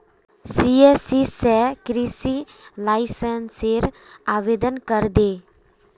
CSC स कृषि लाइसेंसेर आवेदन करे दे